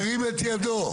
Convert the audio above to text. ירים את ידו.